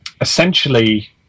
essentially